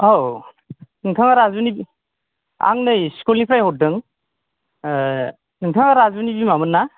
औ नोंथाङा राजुनि आं नै स्कुलनिफ्राय बुंदों नोंथाङा राजुनि बिमामोन ना